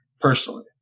personally